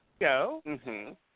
go